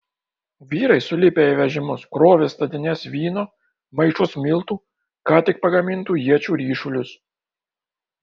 vyrai sulipę į vežimus krovė statines vyno maišus miltų ką tik pagamintų iečių ryšulius